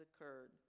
occurred